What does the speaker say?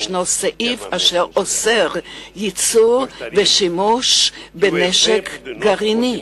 יש חוק האוסר ייצור ושימוש בנשק גרעיני.